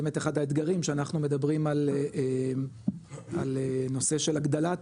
באמת אחד האתגרים שאנחנו מדברים על נושא של הגדלת,